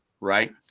right